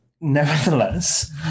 nevertheless